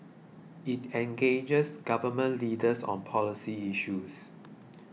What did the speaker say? it engages Government Leaders on policy issues